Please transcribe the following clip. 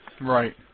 Right